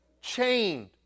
chained